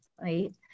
right